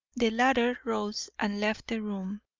the latter rose and left the room,